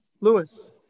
Lewis